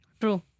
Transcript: True